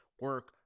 Work